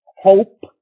hope